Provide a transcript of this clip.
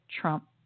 Trump